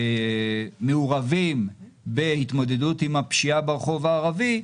שמעורבים בהתמודדות עם הפשיעה ברחוב הערבי.